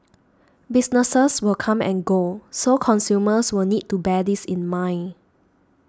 businesses will come and go so consumers will need to bear this in mind